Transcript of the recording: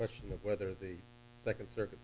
question of whether the second circuit